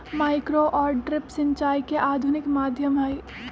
micro और drip सिंचाई के आधुनिक माध्यम हई